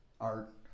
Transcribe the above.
art